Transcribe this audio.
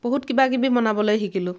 বহুত কিবা কিবি বনাবলৈ শিকিলোঁ